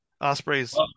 Osprey's